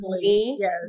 Yes